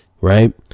right